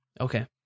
Okay